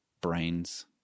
brains